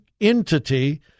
entity